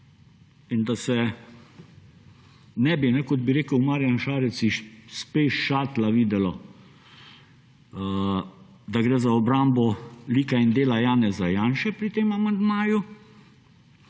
In da se ne bi, kot bi rekel Marjan Šarec, iz Space Shuttla videlo, da gre za obrambo lika in dela Janeza Janše pri tem amandmaju,